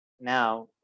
Now